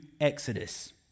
exodus